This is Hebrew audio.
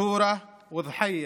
חורה ודחיה.